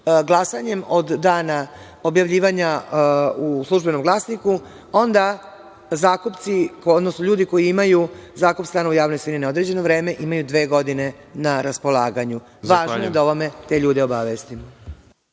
glasanjem, od dana objavljivanja u „Službenom glasniku“ onda zakupci, odnosno ljudi koji imaju zakup stana u javne svojine na određeno vreme imaju dve godine na raspolaganju. Važno je da o tome ljude obavestimo.